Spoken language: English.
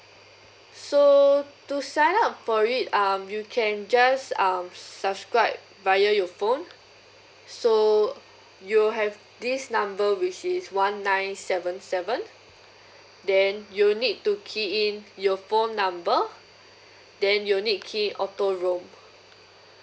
so to sign up for it um you can just um subscribe via your phone so you will have this number which is one nine seven seven then you need to key in your phone number then you need key auto roam